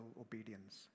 obedience